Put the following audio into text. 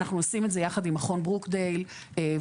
אנחנו עושים את זה יחד עם מכון ברוקדייל וג'ויינט,